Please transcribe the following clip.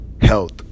health